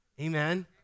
Amen